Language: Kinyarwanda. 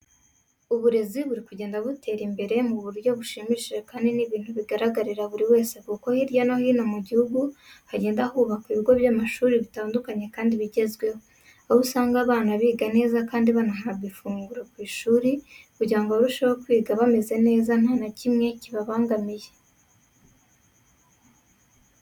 Uburezi buri kugenda butera imbere mu buryo bushimishije kandi ni ibintu bigaragarira buri wese kuko hirya no hino mu gihugu hagenda hubakwa ibigo by'amashuri bitandukanye kandi bigezweho, aho usanga abana biga neza kandi banahabwa n'ifunguro ku ishuri kugira ngo barusheho kwiga bameze neza nta na kimwe kibabangamiye.